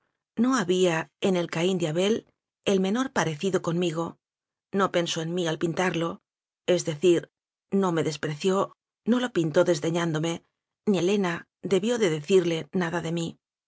no había en el caín de abel el menor parecido conmigo no pensó en mí al pintarlo es decir no me despreció no lo pintó desdeñándome ni helena debió de decirle nada de mí